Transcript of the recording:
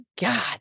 God